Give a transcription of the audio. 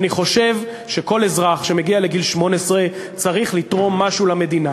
אני חושב שכל אזרח שמגיע לגיל 18 צריך לתרום משהו למדינה.